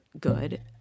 good